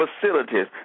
facilities